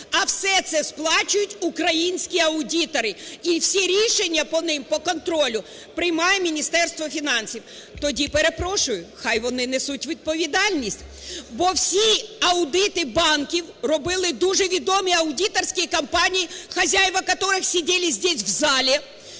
а все це сплачують українські аудитори, і всі рішення по них, по контролю, приймає Міністерство фінансів. Тоді, перепрошую, хай вони несуть відповідальність. Бо всі аудити банків робили дуже відомі аудиторські компанії, хозяева которых сидели здесь в зале.